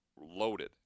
loaded